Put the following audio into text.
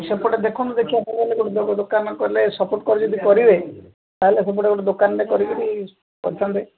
ସେପଟେ ଦେଖନ୍ତୁ ଦେଖିବାକୁ ଗଲେ ଗୋଟେ ଦୋକାନ କଲେ ସପୋର୍ଟ କରିକି ଯଦି କରିବେ ତା'ହେଲେ ସେପଟେ ଗୋଟେ ଦୋକାନରେେ କରିକିରି କରିଥାନ୍ତେ